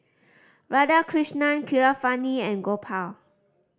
Radhakrishnan Keeravani and Gopal